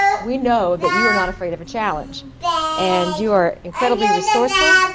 we know that you are not afraid of a challenge and you are incredibly resourceful,